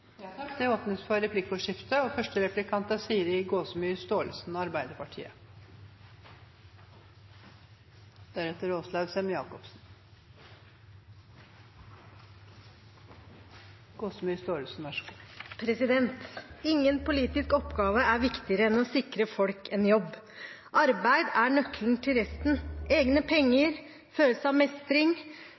Det blir replikkordskifte. Ingen politisk oppgave er viktigere enn å sikre folk en jobb. Arbeid er nøkkelen til resten – egne penger, følelse av mestring,